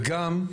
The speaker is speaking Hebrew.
וגם,